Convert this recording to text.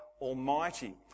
Almighty